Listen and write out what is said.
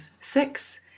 six